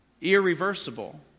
Irreversible